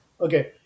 Okay